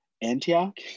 Antioch